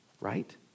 right